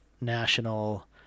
national